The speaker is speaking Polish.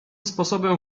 sposobem